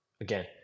Again